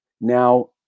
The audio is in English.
Now